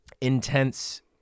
intense